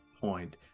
point